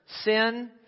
sin